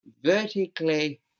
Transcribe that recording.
vertically